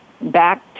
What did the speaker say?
back